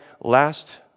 last